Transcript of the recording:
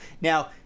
Now